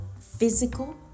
physical